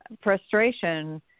frustration